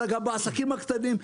אלא גם בעסקים הקטנים,